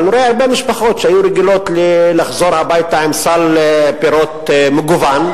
אבל אני רואה הרבה משפחות שהיו רגילות לחזור הביתה עם סל פירות מגוון,